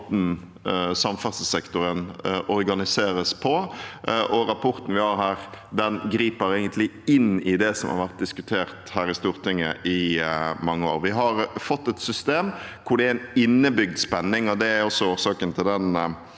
samferdselssektoren organiseres på. Rapporten vi har her, griper egentlig inn i det som har vært diskutert her i Stortinget i mange år. Vi har fått et system hvor det er en innebygd spenning, og det er også årsaken til den